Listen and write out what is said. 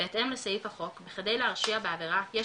בהתאם לסעיף החוק בכדי להרשיע בעבירה יש